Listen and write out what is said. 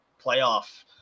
playoff